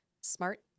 smart